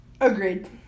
Agreed